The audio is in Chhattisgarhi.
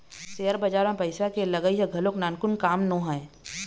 सेयर बजार म पइसा के लगई ह घलोक नानमून काम नोहय